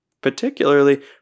particularly